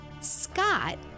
Scott